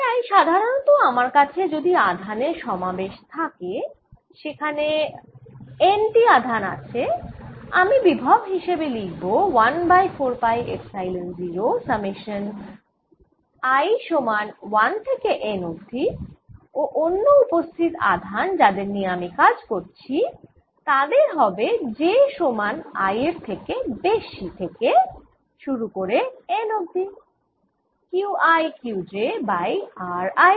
তাই সাধারণত আমার কাছে যদি আধানের সমাবেশ থাকে যেখানে N টি আধান আছে আমি বিভব হিসেবে লিখব 1 by 4 pi epsilon 0 summation i সমান 1 থেকে N অবধি ও অন্য উপস্থিত আধান যাদের নিয়ে আমি কাজ করছি তাদের হবে j সমান i এর থেকে বেশি থেকে শুরু করে N পর্যন্ত QiQj বাই rij